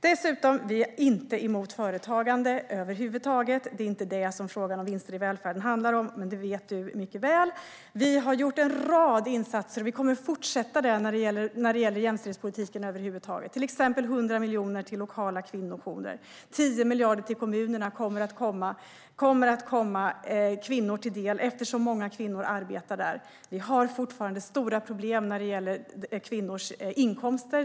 Regeringen är inte emot företagande över huvud taget. Det är inte det som frågan om vinster i välfärden handlar om, men det vet Isabella Hökmark mycket väl. Vi har gjort en rad insatser, och vi kommer att fortsätta när det gäller jämställdhetspolitiken. Det är till exempel 100 miljoner till lokala kvinnopooler. 10 miljarder till kommunerna kommer att komma kvinnor till del eftersom många kvinnor arbetar där. Det finns fortfarande stora problem när det gäller kvinnors inkomster.